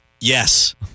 Yes